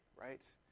right